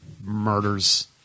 murders